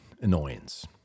annoyance